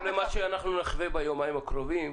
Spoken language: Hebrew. למה שאנחנו נחווה ביומיים הקרובים,